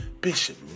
Bishop